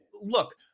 look